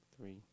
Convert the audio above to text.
three